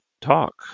talk